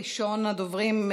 ראשון הדוברים,